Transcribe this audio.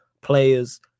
players